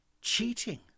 cheating